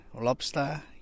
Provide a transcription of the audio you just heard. lobster